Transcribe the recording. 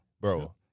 Bro